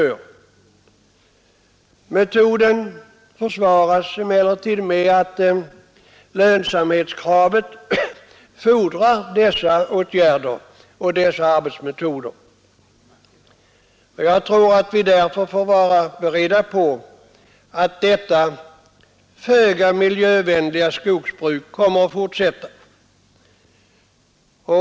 Avverkningsmetoden försvaras med att lönsamhetskravet fordrar sådana åtgärder och arbetsmetoder, och därför tror jag att vi får vara beredda på att detta föga miljövänliga skogsbruk kommer att fortsätta.